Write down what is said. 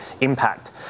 impact